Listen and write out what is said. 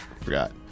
forgot